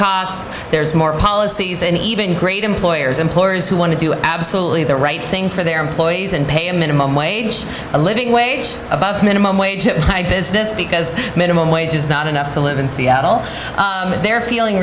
costs there's more policies and even great employers employers who want to do absolutely the right thing for their employees and pay a minimum wage a living wage above minimum wage at high business because minimum wage is not enough to live in seattle that they're feeling